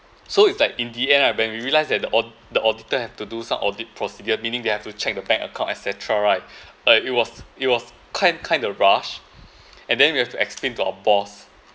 so it's like in the end lah when we realised that the a~ the auditor have to do some audit procedure meaning they have to check the bank account etcetera right uh it was it was kind kind of rush and then we have to explain to our boss